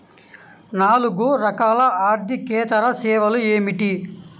నాలుగు రకాల ఆర్థికేతర సేవలు ఏమిటీ?